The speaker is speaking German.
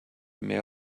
mehr